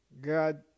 God